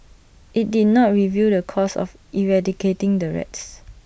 IT did not reveal the cost of eradicating the rats